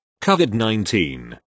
COVID-19